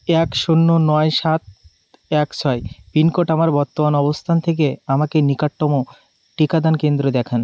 এক শূন্য নয় সাত এক ছয় পিনকোড আমার বর্তমান অবস্থান থেকে আমাকে নিকটতম টিকাদান কেন্দ্র দেখান